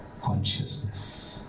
consciousness